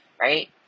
Right